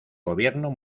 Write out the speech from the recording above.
gobierno